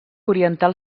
oriental